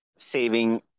saving